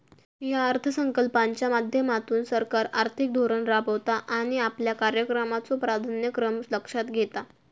या अर्थसंकल्पाच्या माध्यमातसून सरकार आर्थिक धोरण राबवता आणि आपल्या कार्यक्रमाचो प्राधान्यक्रम लक्षात घेता